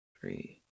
Three